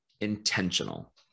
intentional